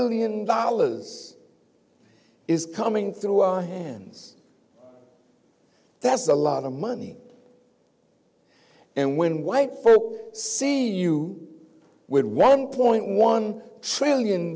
trillion dollars is coming through our hands that's a lot of money and when white folks see you with one point one trillion